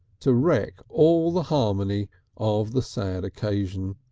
to wreck all the harmony of the sad occasion.